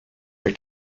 were